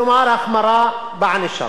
כלומר, החמרה בענישה.